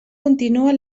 continua